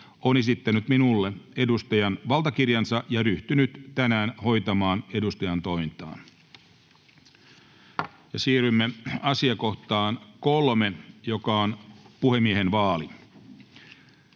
on esittänyt minulle edustajan valtakirjansa ja ryhtynyt tänään hoitamaan edustajantointaan. [Speech 3] Speaker: Ikäpuhemies Kimmo